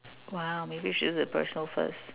!wow! maybe should do the personal first